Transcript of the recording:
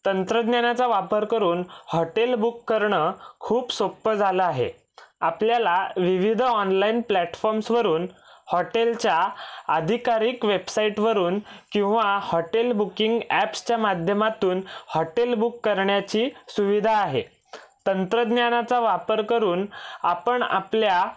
तंत्रज्ञानाचा वापर करून हॉटेल बुक करणं खूप सोपं झालं आहे आपल्याला विविध ऑनलाईन प्लॅटफॉर्म्सवरून हॉटेलच्या अधिकारीक वेबसाइटवरून किंवा हॉटेल बुकिंग ॲप्सच्या माध्यमातून हॉटेल बुक करण्याची सुविधा आहे तंत्रज्ञानाचा वापर करून आपण आपल्या